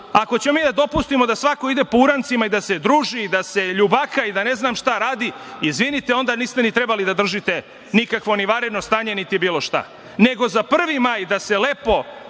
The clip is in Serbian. Ako ćemo mi dopustimo da svako ide po urancima i da se druži i da se ljubaka i da ne znam šta radi, izvinite, onda niste ni trebali da držite nikakvo ni vanredno stanje, niti bilo šta, nego za 1. maj da se lepo